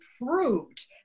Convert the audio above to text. improved